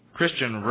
Christian